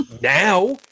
Now